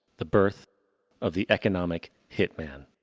the birth of the economic hitman.